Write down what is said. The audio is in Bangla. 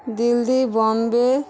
দিল্লি বম্বে